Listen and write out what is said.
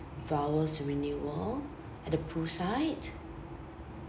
vows renewal at the poolside